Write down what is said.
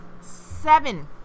Seven